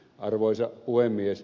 arvoisa puhemies